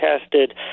tested